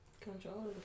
Control